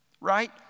right